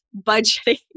budgeting